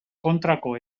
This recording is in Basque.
kontrako